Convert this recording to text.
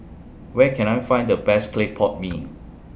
Where Can I Find The Best Clay Pot Mee